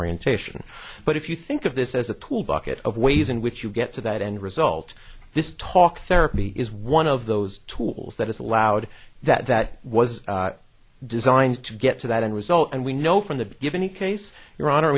orientation but if you think of this as a tool bucket of ways in which you get to that end result this talk therapy is one of those tools that is allowed that that was designed to get to that end result and we know from the give any case